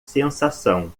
sensação